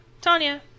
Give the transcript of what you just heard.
Tanya